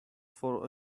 for